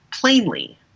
plainly